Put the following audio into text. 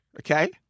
Okay